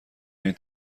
این